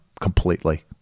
completely